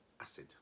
acid